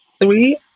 Three